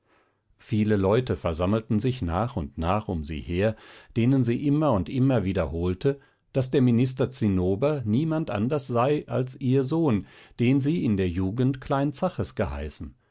viele leute versammelten sich nach und nach um sie her denen sie immer und immer wiederholte daß der minister zinnober niemand anders sei als ihr sohn den sie in der jugend klein zaches geheißen